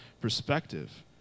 perspective